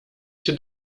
się